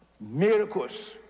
miracles